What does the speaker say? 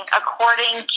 according